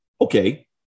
Okay